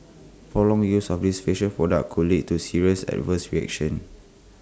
prolonged use of these facial product could lead to serious adverse reaction